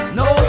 no